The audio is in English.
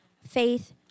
Faith